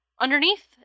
underneath